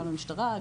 גם למשטרה,